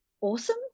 awesome